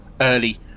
early